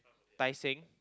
Tai-Seng